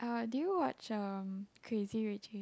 uh do you watch um Crazy-Rich-Asian